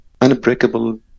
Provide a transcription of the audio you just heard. unbreakable